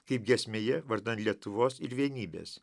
kaip giesmėje vardan lietuvos ir vienybės